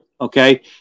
okay